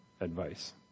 advice